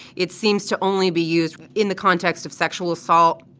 it seems to only be used in the context of sexual assault,